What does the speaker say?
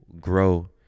grow